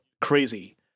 crazy